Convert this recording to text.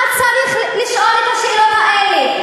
אתה צריך לשאול את השאלות האלה.